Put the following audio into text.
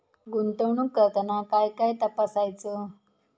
गुंतवणूक करताना काय काय तपासायच?